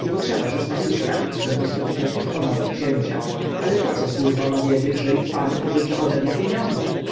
i potrzeba szesnastu świadków że mnie spotkał taki honor od księcia ale poco służba ma wiedzieć że ich pan pożycza ode mnie pieniądze